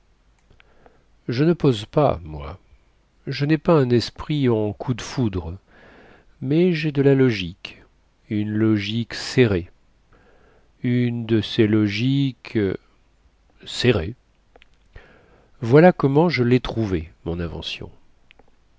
je ne pose pas moi je nai pas un esprit en coup de foudre mais jai de la logique une logique serrée une de ces logiques serrées voilà comment je lai trouvée mon invention